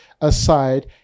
aside